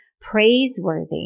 praiseworthy